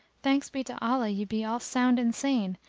thanks be to allah ye be all sound and sane,